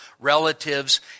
relatives